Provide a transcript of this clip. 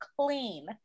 clean